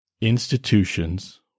institutions